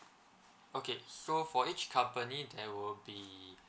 okay so for each company there will be